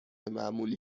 معمولی